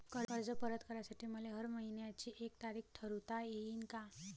कर्ज परत करासाठी मले हर मइन्याची एक तारीख ठरुता येईन का?